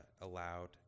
Allowed